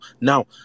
Now